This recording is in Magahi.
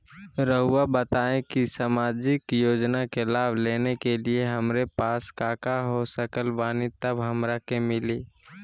रहुआ बताएं कि सामाजिक योजना के लाभ लेने के लिए हमारे पास काका हो सकल बानी तब हमरा के मिली?